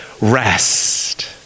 rest